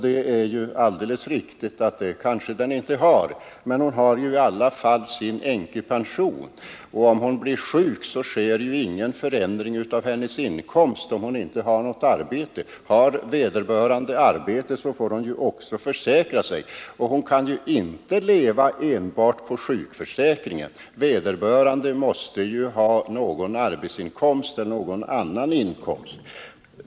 Det är alldeles riktigt; det kanske den inte har. Men hon har ju i alla fall sin änkepension, och när hon blir sjuk sker ingen förändring av hennes inkomst, om hon inte har något arbete. Har hon arbete, så får hon också försäkra sig. Hon kan inte leva enbart på sjukförsäkringen; hon måste ha någon arbetsinkomst eller någon annan inkomst.